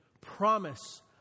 promise